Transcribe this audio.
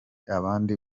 abandi